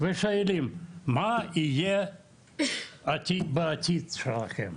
ושואלים מה יהיה בעתיד שלהם?